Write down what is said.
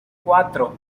cuatro